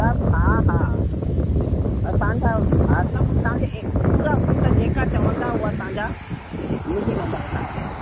सभु हा हा असांजा हा सभु तव्हांखे पूरा फ्रूट जेका चवंदा उहो असांजा मिली वेंदव तव्हांखे